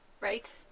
Right